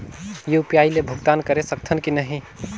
UPI ले भुगतान करे सकथन कि नहीं?